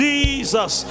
Jesus